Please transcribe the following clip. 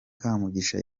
kamugisha